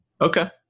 Okay